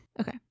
Okay